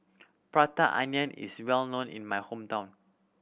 Prata Onion is well known in my hometown